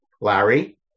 Larry